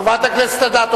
חברת הכנסת אדטו.